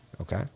okay